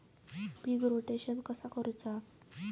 पीक rotation कसा करूचा?